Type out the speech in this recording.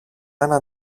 ένα